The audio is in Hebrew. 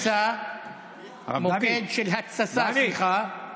יש מוקד של תסיסה, מוקד של התססה, סליחה.